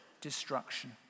destruction